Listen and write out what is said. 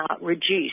reduce